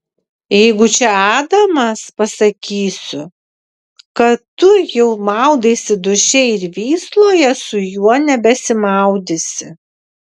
jeigu čia adamas pasakysiu kad tu jau maudaisi duše ir vysloje su juo nebesimaudysi